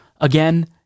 again